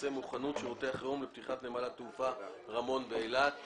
מוכנות שירותי החירום לפתיחת נמל התעופה רמון באילת.